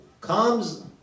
comes